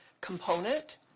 component